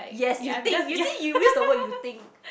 yes you think you think you use the word you think